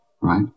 right